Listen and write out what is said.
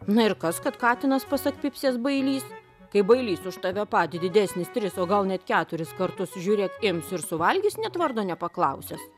na ir kas kad katinas pasak pipsės bailys kaip bailys už tave patį didesnis tris o gal net keturis kartus žiūrėk ims ir suvalgys net vardo nepaklausęs